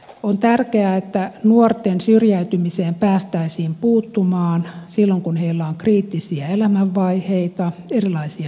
on tärkeää että nuorten syrjäytymiseen päästäisiin puuttumaan silloin kun heillä on kriittisiä elämänvaiheita erilaisia nivelvaiheita